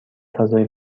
فضای